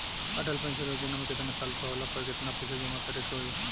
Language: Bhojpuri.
अटल पेंशन योजना मे केतना साल के होला पर केतना पईसा जमा करे के होई?